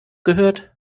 gehört